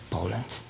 Poland